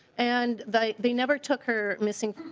and they they never took her missing